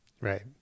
Right